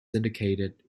syndicated